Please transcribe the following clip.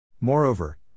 Moreover